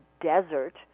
desert